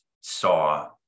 saw